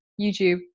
YouTube